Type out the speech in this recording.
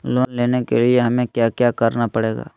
Loan लेने के लिए हमें क्या क्या करना पड़ेगा?